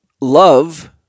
love